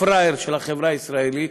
הפראייר של החברה הישראלית.